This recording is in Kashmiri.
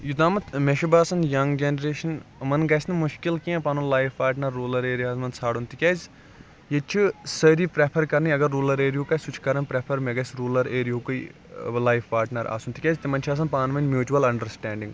یوٚتامتھ مےٚ چھُ باسان ینٛگ جَنریشَن یِمن گَژھہِ نہٕ مُشکِل کیٚنٛہہ پَنُن لایف پاٹنر رولر ایریا ہن منٛز ژھانرُن تکیازِ ییٚتہِ چھُ ساری پرٮ۪فر کرنٕے اگر روٗلر ایریا ہُک آسہ سُہ چھُ کران پرٮ۪فر مےٚ گَژھہِ روٗلر ایریا ہُکٕے لایف پاٹنر آسُن تکیازِ تِمن چھُ آسان پانہٕ ؤنۍ میوچول اَنڑرسِٹینڈنگ